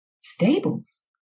Stables